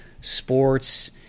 sports